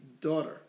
daughter